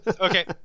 Okay